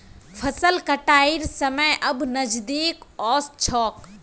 फसल कटाइर समय अब नजदीक ओस छोक